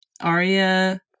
Arya